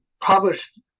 published